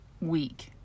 week